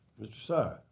saar.